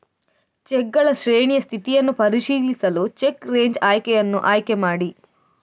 ಚೆಕ್ಗಳ ಶ್ರೇಣಿಯ ಸ್ಥಿತಿಯನ್ನು ಪರಿಶೀಲಿಸಲು ಚೆಕ್ ರೇಂಜ್ ಆಯ್ಕೆಯನ್ನು ಆಯ್ಕೆ ಮಾಡಿ